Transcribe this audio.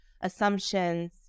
assumptions